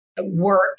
work